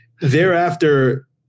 thereafter